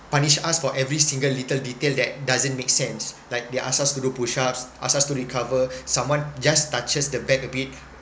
punish us for every single little detail that doesn't make sense like they ask us to do push ups ask us to recover someone just touches the bag a bit